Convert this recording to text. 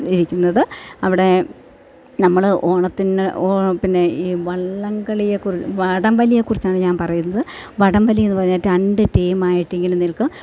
ഇരിക്കുന്നത് അവിടെ നമ്മള് ഓണത്തിന് ഓ പിന്നെ ഈ വള്ളംകളിയെ കുറി വടംവലിയെ കുറിച്ചാണ് ഞാൻ പറയുന്നത് വടംവലി എന്ന് പറഞ്ഞാൽ രണ്ട് ടീം ആയിട്ട് ഇങ്ങനെ നിൽക്കും